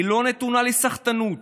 היא לא נתונה לסחטנות